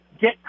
get